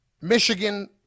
Michigan